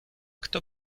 kto